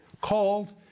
called